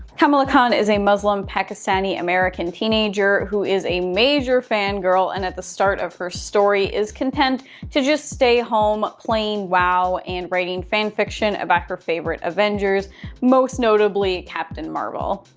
kamala khan is a muslim pakistani-american teenager who is a major fangirl, and at the start of her story is content to just stay home playing wow and writing fanfiction about her favorite avengers most notably, captain marvel.